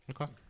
Okay